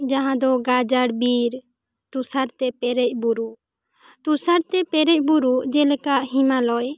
ᱡᱟᱦᱟᱸ ᱫᱚ ᱜᱟᱡᱟᱲ ᱵᱤᱨ ᱴᱩᱥᱟᱨ ᱛᱮ ᱯᱮᱨᱮᱡ ᱵᱩᱨᱩ ᱴᱩᱥᱟᱨ ᱛᱮ ᱯᱮᱨᱮᱡ ᱵᱩᱨᱩ ᱡᱮ ᱞᱮᱠᱟ ᱦᱤᱢᱟᱞᱚᱭ